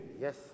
yes